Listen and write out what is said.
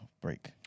Break